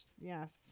Yes